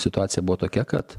situacija buvo tokia kad